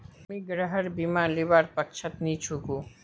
हामी गृहर बीमा लीबार पक्षत नी छिकु